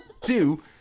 Two